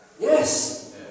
Yes